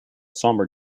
sombre